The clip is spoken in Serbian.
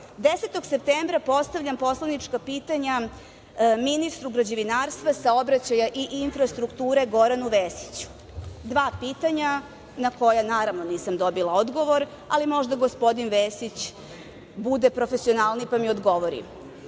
10. septembra postavljam poslaničko pitanja ministru građevinarstva, saobraćaja i infrastrukture Goranu Vesiću, dva pitanja na koja naravno, nisam dobila odgovor, ali možda gospodin Vesić bude profesionalniji pa mi odgovori.